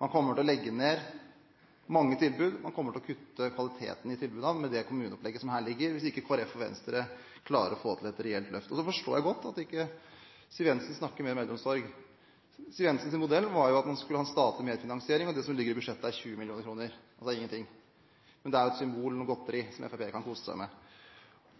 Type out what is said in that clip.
Man kommer til å legge ned mange tilbud, man kommer til å kutte i kvaliteten i tilbudene med det kommuneopplegget som ligger her, hvis ikke Kristelig Folkeparti og Venstre klarer å få til et reelt løft. Så forstår jeg godt at Siv Jensen ikke snakker mer om eldreomsorg. Siv Jensens modell var jo at man skulle ha en statlig merfinansiering, men det som ligger i budsjettet, er 20 mill. kr, og det er ingenting, men det er et symbol – noe godteri som Frp-ere kan kose seg med.